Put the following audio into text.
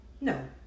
No